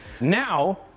Now